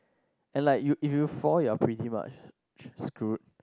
and like you if you fall you are pretty much screwed